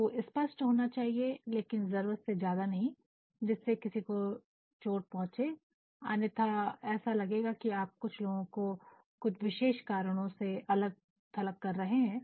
आपको स्पष्ट होना चाहिए लेकिन जरूरत से ज्यादा नहीं जिससे किसी को चोट पहुंचे अन्यथा ऐसा लगेगा कि आप कुछ लोगों को कुछ विशेष कारणों से अलग अलग कर रहे हैं